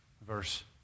verse